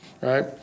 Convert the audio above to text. Right